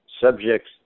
subjects